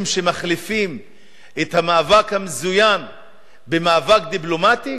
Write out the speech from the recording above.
שמחליפים את המאבק המזוין במאבק דיפלומטי,